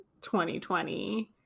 2020